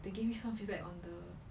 they gave me some feedback on the